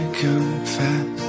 confess